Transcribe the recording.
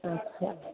अच्छा